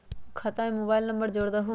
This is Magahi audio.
खाता में मोबाइल नंबर जोड़ दहु?